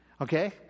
Okay